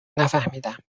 نفهمیدم